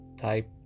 type